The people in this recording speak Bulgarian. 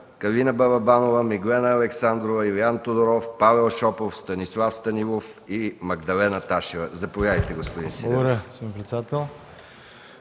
Калина Балабанова, Миглена Александрова, Илиан Тодоров, Павел Шопов, Станислав Станилов и Магдалена Ташева. Заповядайте, господин Сидеров.